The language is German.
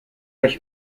euch